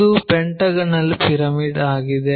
ಇದು pentagonal pyramid ಆಗಿದೆ